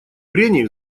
прений